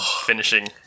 finishing